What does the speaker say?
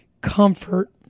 comfort